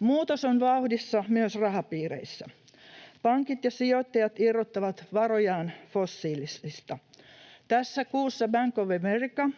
Muutos on vauhdissa myös rahapiireissä. Pankit ja sijoittajat irrottavat varojaan fossiilisista. Tässä kuussa Bank of America,